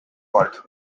world